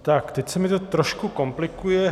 Tak teď se mi to trošku komplikuje.